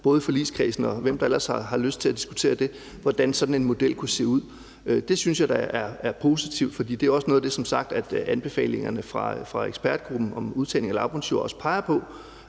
både i forligskredsen, og med hvem der ellers har lyst til at diskutere, hvordan sådan model kan se ud – synes jeg da er positiv. For det er som sagt også noget af det, anbefalingerne fra ekspertgruppen om udtagning af lavbundsjorder peger på,